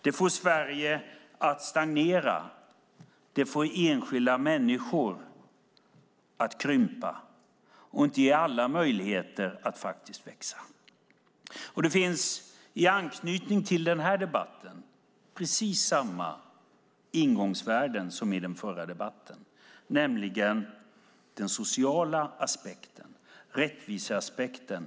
Det får Sverige att stagnera. Det får enskilda människor att krympa och ger inte alla möjligheter att faktiskt växa. Det finns i den här debatten precis samma ingångsvärden som i den förra debatten, nämligen den sociala aspekten, rättviseaspekten.